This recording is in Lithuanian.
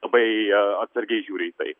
labai atsargiai žiūri į tai